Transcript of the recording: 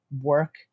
work